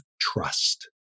trust